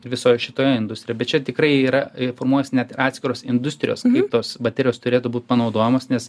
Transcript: visoje šitoje industrijoj bet čia tikrai yra formuojasi net ir atskiros industrijos kaip tos baterijos turėtų būt panaudojamos nes